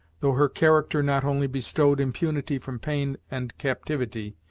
though her character not only bestowed impunity from pain and captivity,